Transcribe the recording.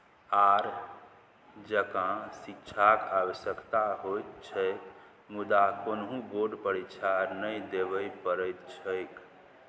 आर जकाँ शिक्षाक आवश्यकता होइत छैक मुदा कोनहुँ बोर्ड परीक्षा नहि देबय पड़ैत छैक